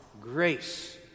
grace